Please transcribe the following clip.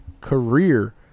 career